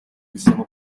bisaba